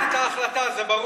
את לא קראת את ההחלטה שלו.